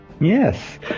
Yes